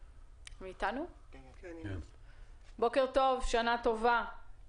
ו-(ב) לחוק מוארך לתקופה הוראות שעהנוספת של שישה חודשים,